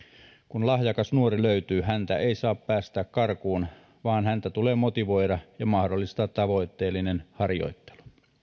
kun lahjakas nuori löytyy häntä ei saa päästää karkuun vaan häntä tulee motivoida ja mahdollistaa tavoitteellinen harjoittelu